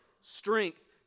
strength